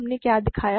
हमने क्या दिखाया